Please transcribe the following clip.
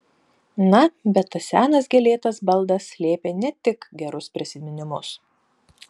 na bet tas senas gėlėtas baldas slėpė ne tik gerus prisiminimus